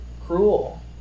cruel